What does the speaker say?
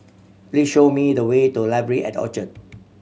please show me the way to Library at Orchard